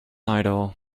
idol